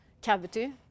cavity